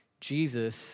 Jesus